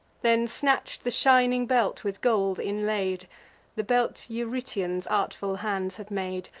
then snatch'd the shining belt, with gold inlaid the belt eurytion's artful hands had made,